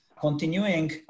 Continuing